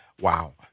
Wow